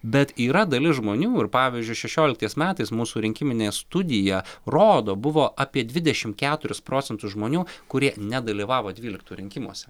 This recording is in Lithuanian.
bet yra dalis žmonių ir pavyzdžiui šešioliktais metais mūsų rinkiminė studija rodo buvo apie dvidešim keturis procentus žmonių kurie nedalyvavo dvyliktų rinkimuose